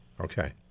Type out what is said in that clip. Okay